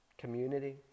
Community